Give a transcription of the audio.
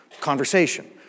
conversation